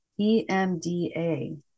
emda